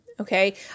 okay